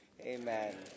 Amen